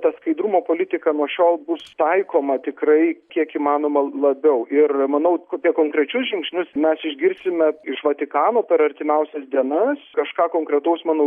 ta skaidrumo politika nuo šiol bus taikoma tikrai kiek įmanoma labiau ir manau kur tie konkrečius žingsnius mes išgirsime iš vatikano per artimiausias dienas kažką konkretaus manau